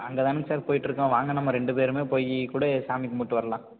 அங்கேதானங்க sir போயிகிட்ருக்கோம் வாங்க நம்ம ரெண்டு பேரும் போய் கூட சாமி கும்பிட்டு வரலாம்